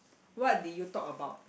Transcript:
what did you talk about